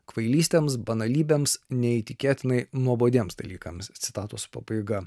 kvailystėms banalybėms neįtikėtinai nuobodiems dalykams citatos pabaiga